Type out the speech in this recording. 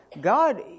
God